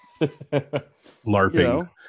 LARPing